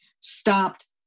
stopped